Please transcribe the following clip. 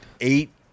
eight